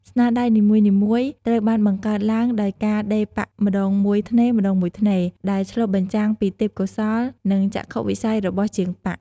ស្នាដៃនីមួយៗត្រូវបានបង្កើតឡើងដោយការដេរប៉ាក់ម្តងមួយថ្នេរៗ ដែលឆ្លុះបញ្ចាំងពីទេពកោសល្យ និងចក្ខុវិស័យរបស់ជាងប៉ាក់។